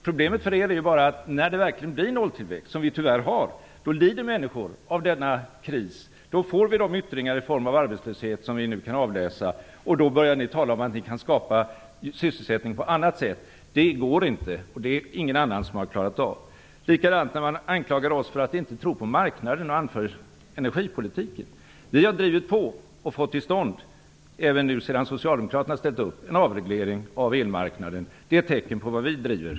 Problemet för er är att när det verkligen blir nolltillväxt, som vi tyvärr har, lider människor av denna kris och då får vi de yttringar i form av arbetslöshet som vi nu kan avläsa. Då börjar ni tala om att ni kan skapa sysselsättning på annat sätt. Det går inte, och det har ingen annan heller klarat av. Likaså anklagar man oss för att inte tro på marknaden och man anför energipolitiken. Men vi har drivit på och fått till stånd nu när även Socialdemokraterna ställt upp en avreglering av elmarknaden. Det är ett tecken på vad vi driver.